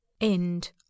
End